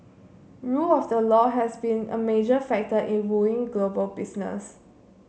rule of the law has been a major factor in wooing global business